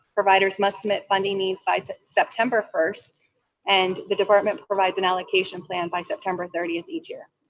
providers must submit funding needs by september first and the department provides an allocation plan by september thirtieth each year.